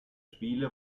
spiele